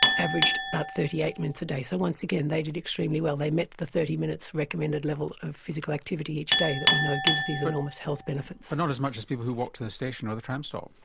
averaged about thirty eight minutes a day. so once again, they did extremely well, they met the thirty minutes recommended level of physical activity each day that we know gives these enormous health benefits. but and not as much as people who walk to the station or the tram stop.